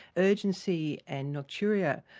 urgency and nocturia.